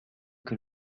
que